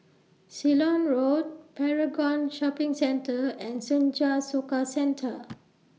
Ceylon Road Paragon Shopping Centre and Senja Soka Centre